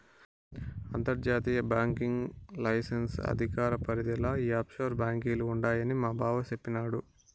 అంతర్జాతీయ banking licence అధికార పరిదిల ఈ ఆప్షోర్ బాంకీలు ఉండాయని మాబావ సెప్పిన్నాడు